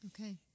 Okay